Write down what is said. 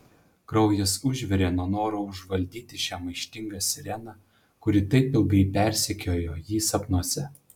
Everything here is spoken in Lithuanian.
kraujas užvirė nuo noro užvaldyti šią maištingą sireną kuri taip ilgai persekiojo jį sapnuose